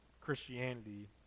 Christianity